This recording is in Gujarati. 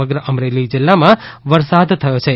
સમગ્ર અમરેલી જિલ્લામાં વરસાદ થયો છે